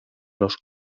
los